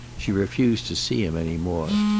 she refused to see him any more.